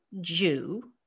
Jew